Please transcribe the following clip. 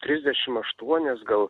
trisdešimt aštuonias gal